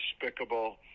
despicable